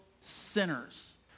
sinners